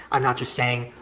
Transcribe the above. i'm not just saying,